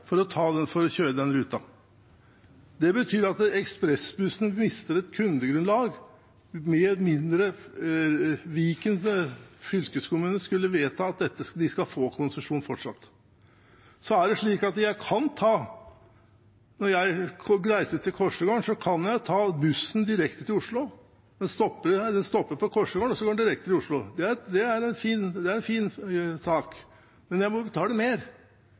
for å kjøre den ruten. Det betyr at ekspressbussen mister et kundegrunnlag, med mindre Viken fylkeskommune skulle vedta at de fortsatt skal få konsesjon. Når jeg reiser til Korsegården, kan jeg ta bussen direkte til Oslo. Den stopper på Korsegården, og så går den direkte til Oslo. Det er en fin sak, men jeg må betale mer.